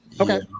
Okay